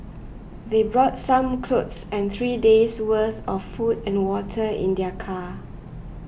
they brought some clothes and three days worth of food and water in their car